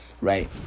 right